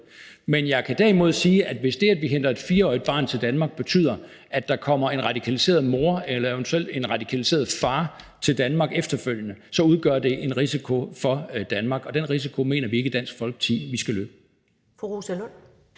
Men jeg kan derimod sige, at hvis det, at vi henter et 4-årigt barn til Danmark, betyder, at der kommer en radikaliseret mor eller eventuelt en radikaliseret far til Danmark efterfølgende, så udgør det en risiko for Danmark, og den risiko mener vi i Dansk Folkeparti ikke vi skal løbe.